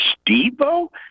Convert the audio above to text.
Steve-O